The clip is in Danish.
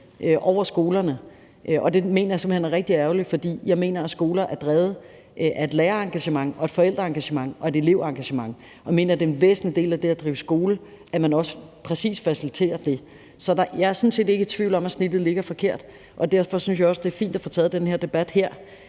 jeg simpelt hen er rigtig ærgerligt, for jeg mener, at skoler er drevet af et lærerengagement, et forælderengagement og et elevengagement, og jeg mener, at det er en væsentlig del af det at drive skole, at man også præcis faciliterer det. Så jeg er sådan set ikke i tvivl om, at snittet ligger forkert, og derfor synes jeg også, det er fint at få taget den her debat her,